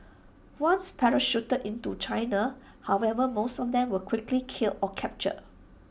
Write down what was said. once parachuted into China however most of them were quickly killed or captured